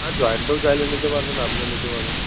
আর জয়েন্টেও চাইলে নিতে পারবেন আপনিও নিতে পারবে